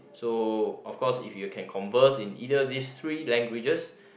so of course if you can converse in either these three languages